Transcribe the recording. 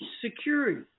security